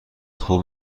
خوب